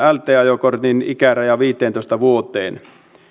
lt ajokortin ikärajan viiteentoista vuoteen